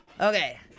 Okay